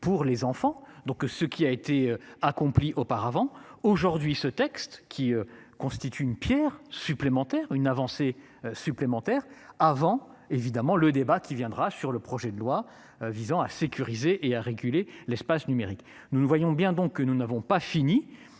pour les enfants, donc ce qui a été accompli auparavant aujourd'hui ce texte qui constitue une Pierre supplémentaire, une avancée supplémentaire avant évidemment le débat qui viendra sur le projet de loi visant à sécuriser et à réguler l'espace numérique. Nous, nous voyons bien, donc nous n'avons pas fini.